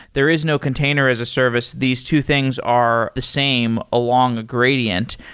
there is no container as a service, these two things are the same along a gradient,